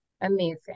Amazing